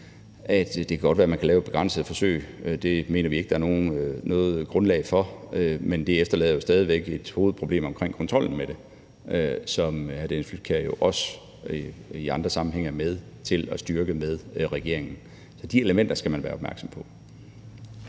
at det kan godt være, man kan lave et begrænset forsøg – det mener vi ikke der er noget grundlag for – men det efterlader jo stadig væk et hovedproblem omkring kontrollen med det, som hr. Dennis Flydtkjær også i andre sammenhænge er med til at styrke sammen med regeringen. Så de elementer skal man være opmærksom på.